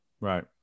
right